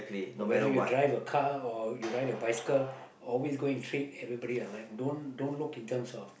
whether you drive a car or you ride a bicycle always going treat everybody alike don't don't look in terms of